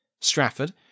Stratford